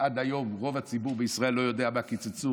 עד היום רוב הציבור בישראל לא יודע מה קיצצו.